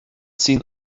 seen